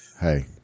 Hey